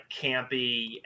campy